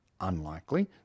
Unlikely